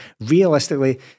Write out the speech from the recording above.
Realistically